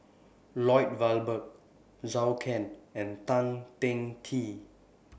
Lloyd Valberg Zhou Can and Tan Teng Kee